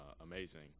amazing